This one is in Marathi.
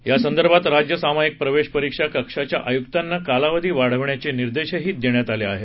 यासंदर्भात राज्य सामाईक प्रवेश परीक्षा कक्षाच्या आयुक्तांना कालावधी वाढविण्याचे निर्देशही देण्यात आले आहे